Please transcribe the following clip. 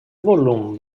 volum